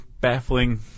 baffling